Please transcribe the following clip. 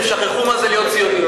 הם שכחו מה זה להיות ציונים.